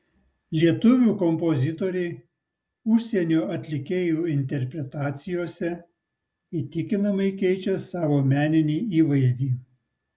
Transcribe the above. lietuvių kompozitoriai užsienio atlikėjų interpretacijose įtikinamai keičia savo meninį įvaizdį